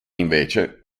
invece